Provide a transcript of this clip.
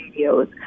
videos